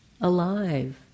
alive